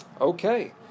Okay